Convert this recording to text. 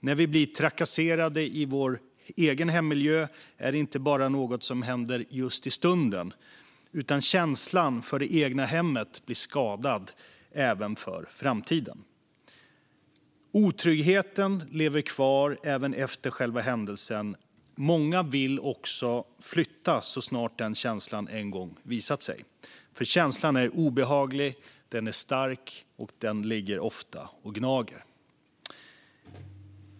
När vi blir trakasserade i vår egen hemmiljö är det inte bara något som händer just i stunden, utan känslan för det egna hemmet blir skadad även för framtiden. Otryggheten lever kvar även efter själva händelsen. Många vill också flytta så snart den känslan en gång visat sig, för känslan är obehaglig och stark och ligger ofta och gnager.